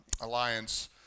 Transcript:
Alliance